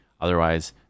otherwise